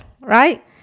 right